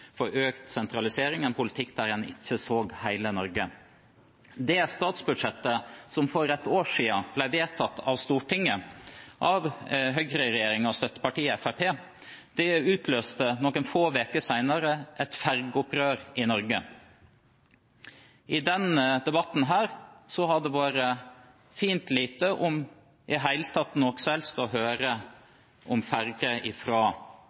for økt sentralisering, en politikk der en ikke så hele Norge. Det statsbudsjettet som for et år siden ble vedtatt av Stortinget, av høyreregjeringen og støttepartiet Fremskrittspartiet, utløste noen få uker senere et ferjeopprør i Norge. I denne debatten har det vært fint lite – om noe som helst – å høre